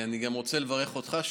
אני גם רוצה לברך אותך.